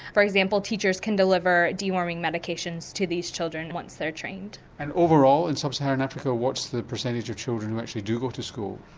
for example teachers can deliver a de-worming medication to these children once they are trained. and overall in sub-saharan africa what's the percentage of children who actually do go to school?